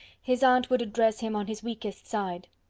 his aunt would address him on his weakest side.